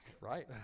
Right